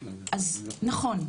נכון.